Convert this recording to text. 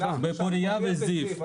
לגבי פוריה וזיו.